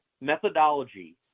methodology